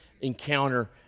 encounter